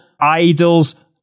idols